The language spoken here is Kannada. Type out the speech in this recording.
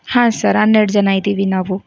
ಹಾಂ ಸರ್ ಹನ್ನೆರಡು ಜನ ಇದ್ದೀವಿ ನಾವು